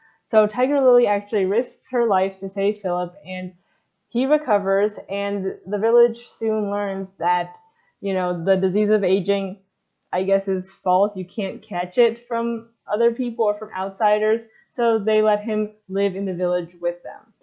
so tiger lily actually risks her life to say philip. and he recovers and the village soon learns that you know the disease of aging i guess is false. you can't catch it from other people or from outsiders, so they let him live in the village with them.